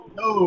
no